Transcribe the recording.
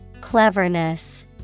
Cleverness